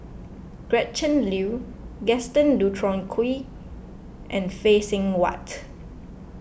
Gretchen Liu Gaston Dutronquoy and Phay Seng Whatt